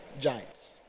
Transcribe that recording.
giants